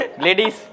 Ladies